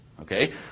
okay